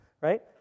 Right